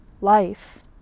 life